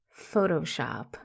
Photoshop